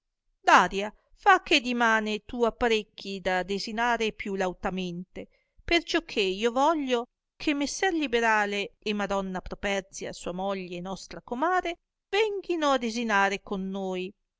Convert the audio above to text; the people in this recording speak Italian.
daria fa che dimane tu apparecchi da desinare più lautamente perciò che io voglio che messer liberale e madonna properzia sua moglie e nostra comare venghino a desinare con noi